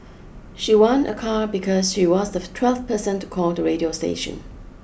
she won a car because she was the twelfth person to call the radio station